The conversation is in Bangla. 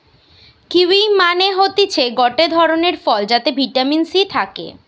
কিউয়ি মানে হতিছে গটে ধরণের ফল যাতে ভিটামিন সি থাকে